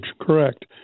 correct